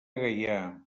gaià